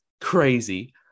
crazy